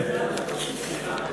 שאלה.